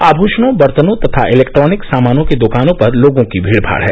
आमृषणों बर्तनों तथा इलेक्ट्रानिक सामानों की दकानों पर लोगों की भीड भाड है